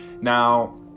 now